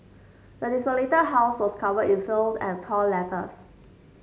the desolated house was covered in filth and torn letters